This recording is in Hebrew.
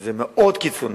זה מאוד קיצוני.